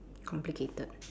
complicated